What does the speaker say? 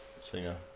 singer